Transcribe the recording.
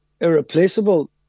irreplaceable